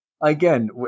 Again